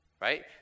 Right